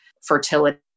fertility